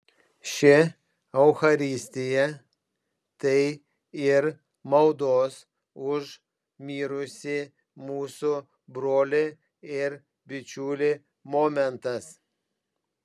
ši eucharistija tai ir maldos už mirusį mūsų brolį ir bičiulį momentas